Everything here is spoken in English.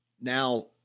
now